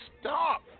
stop